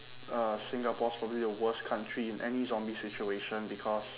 uh singapore is probably the worst country in any zombie situation because